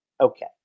Okay